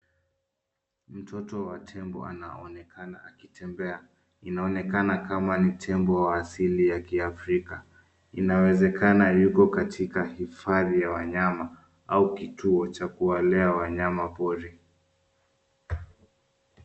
Mtoto wa tembo anaonekana akitembea, inaonekana kama ni tembo wa asiili ya kiafrika, inawezekana yuko katika hifadhi ya wanyama au kituo cha kuwalea wanyama pori.